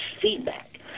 feedback